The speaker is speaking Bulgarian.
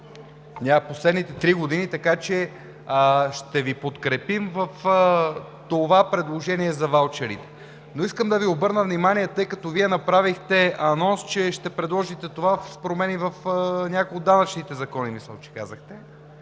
през последните три години, така че ще Ви подкрепим в това предложение за ваучерите. Но искам да Ви обърна внимание, тъй като Вие направихте анонс, че ще предложите това с промени в някои от данъчните закони – мисля, че казахте,